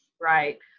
right